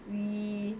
we